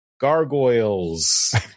Gargoyles